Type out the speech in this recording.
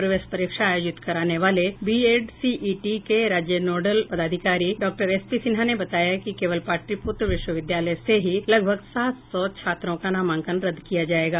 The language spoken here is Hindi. प्रवेश परीक्षा आयोजित कराने वाले बीएड सीईटी के राज्य नोडल पदाधिकारी डाक्टर एस पी सिन्हा ने बताया कि केवल पाटलिपुत्र विश्वविद्यालय से ही लगभग सात सौ छात्रों का नामांकन रद्द किया जायेगा